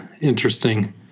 interesting